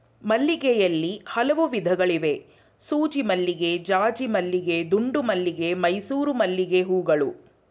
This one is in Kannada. ಮಲ್ಲಿಗೆಯಲ್ಲಿ ಹಲವು ವಿಧಗಳಿವೆ ಸೂಜಿಮಲ್ಲಿಗೆ ಜಾಜಿಮಲ್ಲಿಗೆ ದುಂಡುಮಲ್ಲಿಗೆ ಮೈಸೂರು ಮಲ್ಲಿಗೆಹೂಗಳು